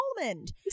Almond